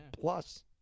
plus